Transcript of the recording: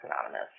Anonymous